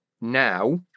Now